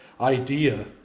idea